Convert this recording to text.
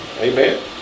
Amen